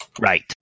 Right